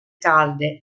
calde